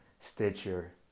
Stitcher